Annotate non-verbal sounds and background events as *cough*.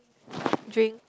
*noise* drink